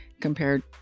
compared